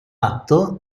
atto